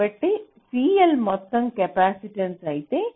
కాబట్టి CL మొత్తం capacitance అయితే